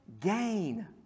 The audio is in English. gain